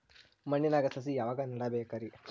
ಮಣ್ಣಿನಾಗ ಸಸಿ ಯಾವಾಗ ನೆಡಬೇಕರಿ?